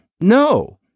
no